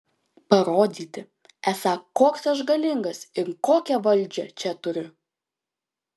parodyti esą koks aš galingas ir kokią valdžią čia turiu